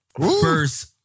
first